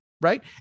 right